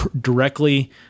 directly –